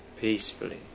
peacefully